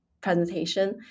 presentation